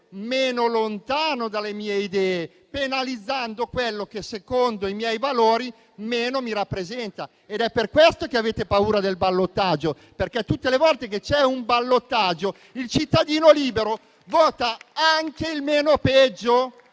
meno lontano dalle mie idee, penalizzando quello che, secondo i miei valori, meno mi rappresenta. È per questo che avete paura del ballottaggio, perché tutte le volte che c'è un ballottaggio il cittadino libero vota anche il meno peggio.